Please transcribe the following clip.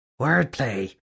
Wordplay